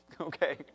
Okay